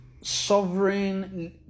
sovereign